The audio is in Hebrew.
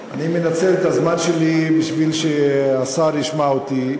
אני מנצל את הזמן שלי כדי שהשר ישמע אותי,